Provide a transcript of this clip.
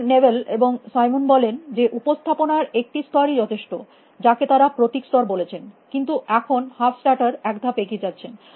সুতরাং নেবেল এবং সাইমন বলেন যে উপস্থাপনার একটি স্তরই যথেষ্ট যাকে তারা প্রতীক স্তর বলছেন কিন্তু এখন হাফস্ট্যাটার এক ধাপ এগিয়ে যাচ্ছেন